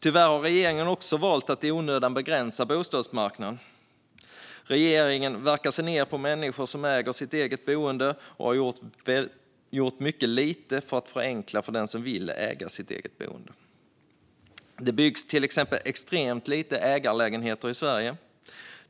Tyvärr har regeringen också valt att i onödan begränsa bostadsmarknaden. Regeringen verkar se ned på människor som äger sitt boende och har gjort ytterst lite för att förenkla för den som vill äga sitt boende. Det byggs till exempel extremt få ägarlägenheter i Sverige.